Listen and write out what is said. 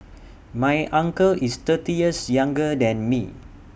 my uncle is thirty years younger than me